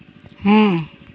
ᱦᱮᱸ